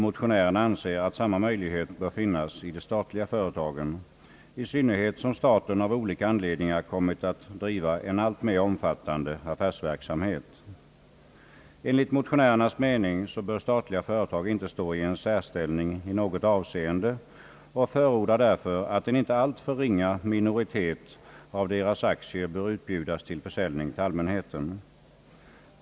Motionärerna anser att samma möjlighet bör finnas i de statliga företagen, i synnerhet som staten av olika anledningar har kommit att driva en alltmer omfattande affärsverksamhet. Enligt motionärernas mening bör statliga företag inte inta en särställning i något avseende, och de förordar därför att en inte alltför ringa minoritet av de statliga företagens aktier bör utbjudas till försäljning till allmänheten.